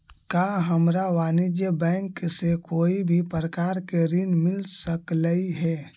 का हमरा वाणिज्य बैंक से कोई भी प्रकार के ऋण मिल सकलई हे?